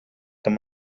him